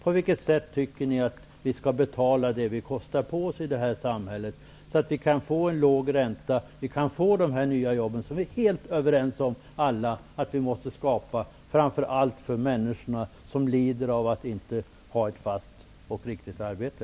På vilket sätt tycker ni att vi skall betala det vi kostar på oss i samhället, så att vi kan få en låg ränta och de nya jobben, som vi alla är helt överens om att vi måste skapa, framför allt för de människor som lider av att inte ha ett fast och riktigt arbete?